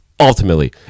ultimately